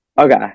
Okay